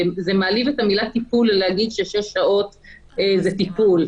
זה מעליב את המילה טיפול להגיד על שש שעות שזה טיפול.